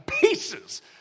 pieces